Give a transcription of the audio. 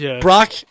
Brock